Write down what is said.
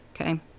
Okay